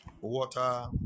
water